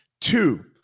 Two